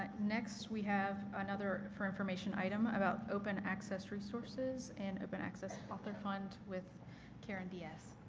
next we have another for information item about open access resources and open access author fund with karen diaz.